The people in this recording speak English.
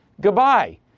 goodbye